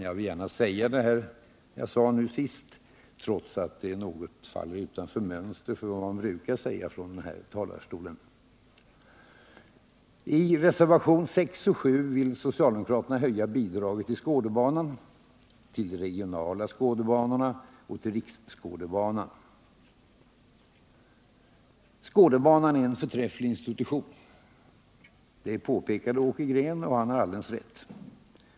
Jag vill gärna säga detta, herr talman, trots att det något faller utanför ramen för vad man brukar säga från kammarens talarstol. I reservationerna 6 och 7 vill socialdemokraterna höja bidraget till de regionala skådebanornas verksamhet och till Riksskådebanan. Skådebanan är en förträfflig institution, det påpekade Åke Green, och han haralldeles rätt.